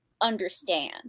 understand